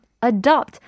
Adopt